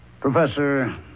Professor